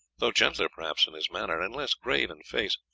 though gentler perhaps in his manner, and less grave in face,